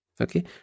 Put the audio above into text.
Okay